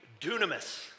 dunamis